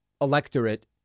electorate